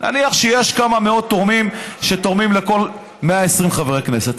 נניח שיש כמה מאות תורמים שתורמים לכל 120 חברי הכנסת.